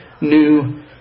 new